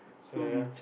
so like ya